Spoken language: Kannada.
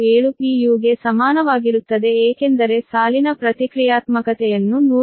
u ಗೆ ಸಮಾನವಾಗಿರುತ್ತದೆ ಏಕೆಂದರೆ ಸಾಲಿನ ಪ್ರತಿಕ್ರಿಯಾತ್ಮಕತೆಯನ್ನು 120 Ω ನೀಡಲಾಗಿದೆ ಆದ್ದರಿಂದ ಇದು 0